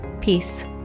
Peace